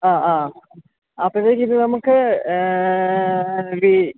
ആ ആ അപ്പോഴത്തേക്ക് ഇതു നമുക്ക്